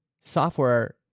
software